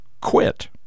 quit